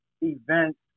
events